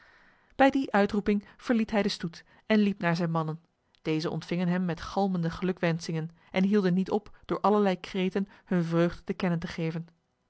bij die uitroeping verliet hij de stoet en liep naar zijn mannen deze ontvingen hem met galmende gelukwensingen en hielden niet op door allerlei kreten hun vreugde te kennen te geven